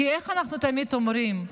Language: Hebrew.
כי איך אנחנו תמיד אומרים?